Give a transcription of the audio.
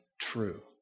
true